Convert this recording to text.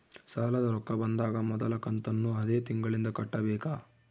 ಸಾಲದ ರೊಕ್ಕ ಬಂದಾಗ ಮೊದಲ ಕಂತನ್ನು ಅದೇ ತಿಂಗಳಿಂದ ಕಟ್ಟಬೇಕಾ?